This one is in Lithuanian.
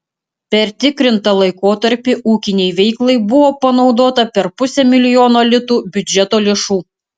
per tikrintą laikotarpį ūkinei veiklai buvo panaudota per pusę milijono litų biudžeto lėšų